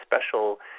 special